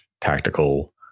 tactical